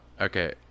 Okay